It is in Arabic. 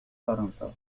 فرنسا